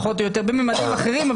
זה היה בממדים אחרים,